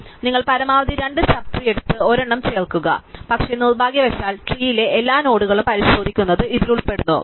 അതിനാൽ നിങ്ങൾ പരമാവധി രണ്ട് സബ് ട്രീ എടുത്ത് ഒരെണ്ണം ചേർക്കുക പക്ഷേ നിർഭാഗ്യവശാൽ ട്രീലെ എല്ലാ നോഡുകളും പരിശോധിക്കുന്നത് ഇതിൽ ഉൾപ്പെടുന്നു